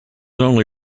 only